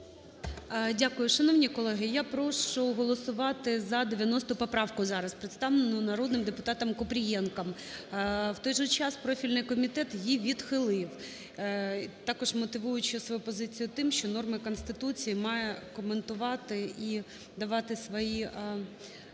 Дякую. Шановні колеги, я прошу голосувати за 90 поправку зараз, представлену народним депутатомКупрієнком. В той же час профільний комітет її відхилив, також мотивуючи свою позицію тим, що норми Конституції має коментувати і давати свій аналіз